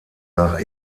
nach